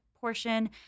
portion